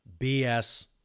BS